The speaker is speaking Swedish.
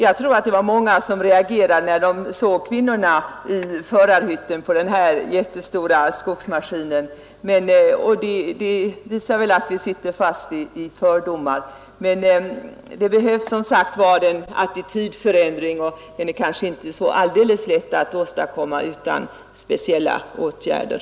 Det var kanske en del som reagerade när de såg kvinnorna i förarhytten på de här jättestora skogsmaskinerna — men det är så — vi sitter fast i fördomar. Det behövs en attitydförändring, och den åstadkommer vi inte utan speciella åtgärder.